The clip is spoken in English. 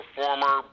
former